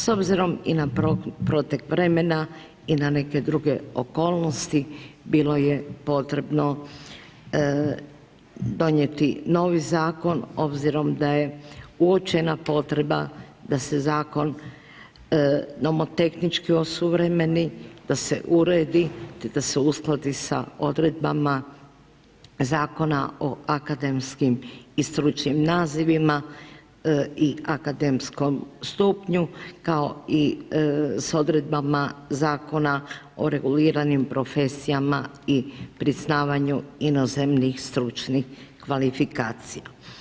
S obzirom i na protek vremena i na neke druge okolnosti, bilo je potrebno donijeti novi zakon obzirom da je uočena potreba da se zakon nomotehnički osuvremeni, da se uredi te da se uskladi sa odredbama Zakona o akademskim i stručnim nazivima i akademskom stupnju, kao i s odredbama Zakona o reguliranim profesijama i priznavanju inozemnih stručnih kvalifikacija.